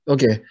Okay